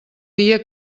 dia